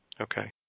Okay